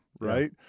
right